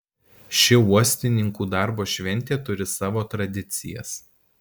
ši uostininkų darbo šventė turi savo tradicijas